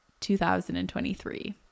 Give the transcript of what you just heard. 2023